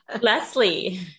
Leslie